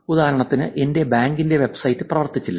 ഉദാഹരണത്തിന് എന്റെ ബാങ്കിന്റെ വെബ് സൈറ്റ് പ്രവർത്തിച്ചില്ല